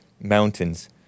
mountains